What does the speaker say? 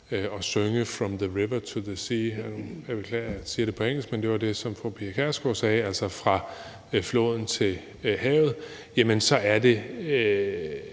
at synge »From the river to the sea« – jeg beklager, at jeg siger det på engelsk, men det var det, som fru Pia Kjærsgaard sagde, altså fra floden til havet – så er det